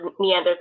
Neanderthals